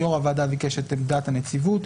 יו"ר הוועדה ביקש את עמדת הנציבות,